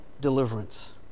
deliverance